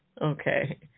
Okay